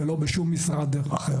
ולא תחת שום משרד אחר.